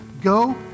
go